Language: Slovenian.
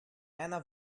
ena